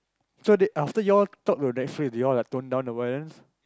so they after you all talk to the next they all like tone down